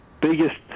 biggest